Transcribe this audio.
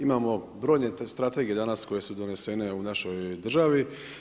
Imamo brojne strategije danas koje su donesene u našoj državi.